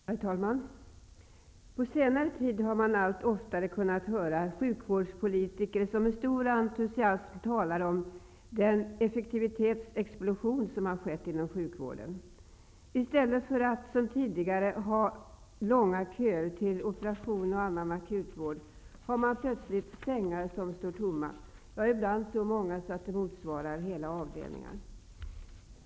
Herr talman! På senare tid har man allt oftare kunnat höra sjukvårdspolitiker som med stor entusiasm talar om den effektivitetsexplosion som har skett inom sjukvården. I stället för att som tidigare ha långa köer till operationer och annan akutvård har man plötsligt sängar som står tomma, ibland så många att det motsvarar hela avdelningar.